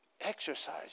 exercise